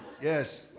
yes